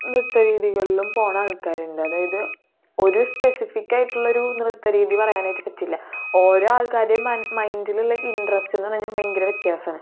നൃത്ത രീതികളിലും പോകുന്ന ആൾക്കാരുണ്ട് അതായത് ഒരു സ്പെസിഫിക്ക് ആയിട്ടുള്ള ഒരു നൃത്ത രീതി പറയാനായിട്ട് പറ്റില്ല ഓരോ ആൾക്കാരുടെയും മനസ്സ് മൈൻഡിലുള്ള ഇൻട്രസ്റ്റ് എന്ന് പറയുന്നത് ഭയങ്കര വ്യത്യാസമാണ്